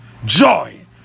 joy